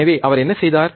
எனவே அவர் என்ன செய்தார்